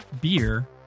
beer